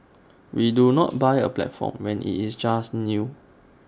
we do not buy A platform when IT is just new